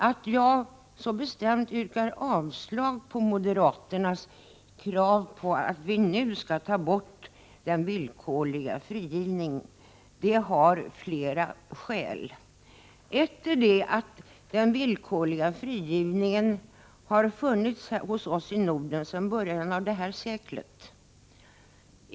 Att jag så bestämt yrkar avslag på moderaternas krav på att vi nu skall ta bort den villkorliga frigivningen har flera skäl. Ett skäl är att den villkorliga frigivningen har funnits hos oss i Norden sedan början av det här seklet.